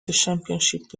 championship